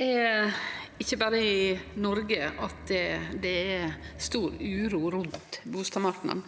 er ikkje berre i Noreg at det er stor uro rundt bustadmarknaden.